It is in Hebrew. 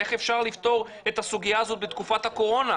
איך אפשר לפתור את הסוגיה הזאת בתקופת הקורונה,